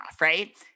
right